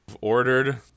ordered